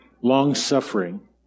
Long-suffering